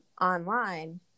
online